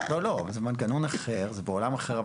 לא, לא, זה מנגנון אחר, זה בעולם אחר.